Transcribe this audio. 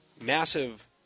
massive